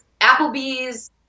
Applebee's